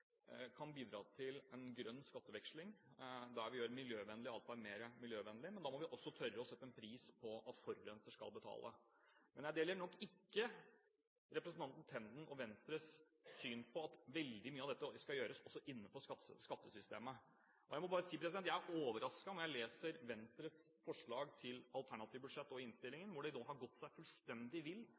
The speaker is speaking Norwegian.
kan bidra til en grønn skatteveksling der vi stimulerer til miljøvennlig atferd, men da må vi også tørre å sette en pris på at forurenser skal betale. Men jeg deler nok ikke representanten Tendens og Venstres syn på at veldig mye av dette skal gjøres også innenfor skattesystemet. Jeg må bare si at jeg er overrasket når jeg leser Venstres alternative budsjett og innstillingen, hvor de nå har gått seg fullstendig